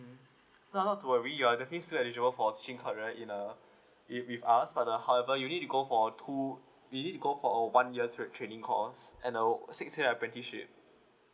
how how do I read you are definitely still eligible for teaching career in uh if with us but uh however you need go for two you need to go for one year trip training course and uh six yer of apprenticeship